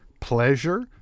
Pleasure